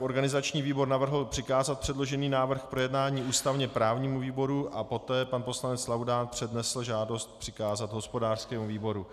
Organizační výbor jednak navrhl přikázat předložený návrh k projednání ústavněprávnímu výboru a poté pan poslanec Laudát přednesl žádost přikázat hospodářskému výboru.